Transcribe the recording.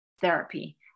therapy